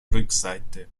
rückseite